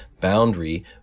boundary